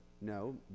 no